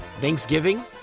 Thanksgiving